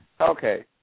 Okay